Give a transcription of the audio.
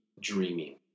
dreaming